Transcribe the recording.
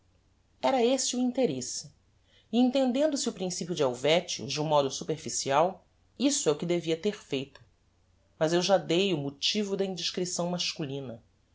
era esse o interesse e entendendo se o principio de helvetius de um modo superficial isso é o que devia ter feito mas eu já dei o motivo da indiscrição masculina